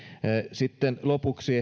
sitten lopuksi